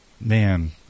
man